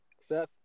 Seth